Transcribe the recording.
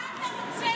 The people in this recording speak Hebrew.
מה אתה רוצה ממני?